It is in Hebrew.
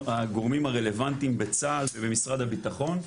כל הגורמים הרלוונטיים בצה"ל ובמשרד הביטחון,